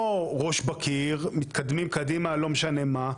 לא ראש בקיר מתקדמים קדימה לא משנה מה.